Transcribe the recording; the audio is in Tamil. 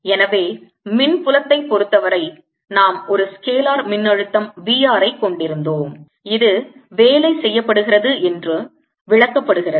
எனவே மின்புலத்தைப் பொறுத்தவரை நாம் ஒரு ஸ்கேலர் மின்னழுத்தம் V r ஐக் கொண்டிருந்தோம் இது வேலை செய்யப்படுகிறது என்றும் விளக்கப்படுகிறது